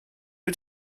wyt